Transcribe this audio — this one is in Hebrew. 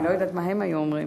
אני לא יודעת מה הם היו אומרים.